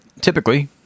typically